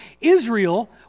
Israel